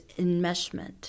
enmeshment